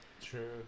True